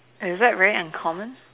is that very uncommon